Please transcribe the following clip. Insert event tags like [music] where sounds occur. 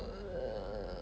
[noise]